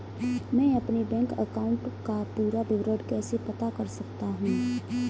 मैं अपने bank account का पूरा विवरण कैसे पता कर सकता हूँ?